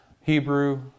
Hebrew